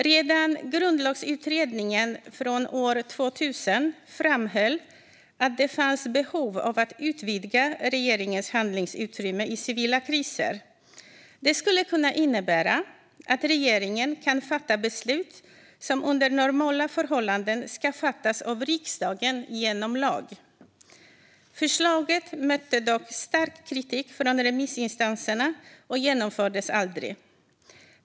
Redan Grundlagsutredningen, från år 2000, framhöll att det fanns behov av att utvidga regeringens handlingsutrymme i civila kriser. Det skulle kunna innebära att regeringen skulle kunna fatta beslut som under normala förhållanden ska fattas av riksdagen genom lag. Förslaget mötte dock stark kritik från remissinstanserna och genomfördes aldrig.